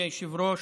מכובדי היושב-ראש,